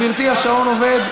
גברתי, השעון עובד.